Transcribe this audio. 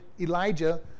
Elijah